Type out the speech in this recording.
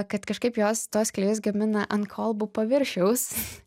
kad kažkaip jos tuos klijus gamina ant kolbų paviršiaus